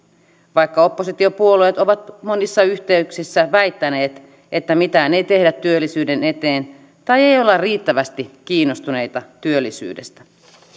vaikka oppositiopuolueet ovat monissa yhteyksissä väittäneet että mitään ei tehdä työllisyyden eteen tai ei olla riittävästi kiinnostuneita työllisyydestä